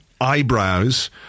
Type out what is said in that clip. eyebrows